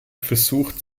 versucht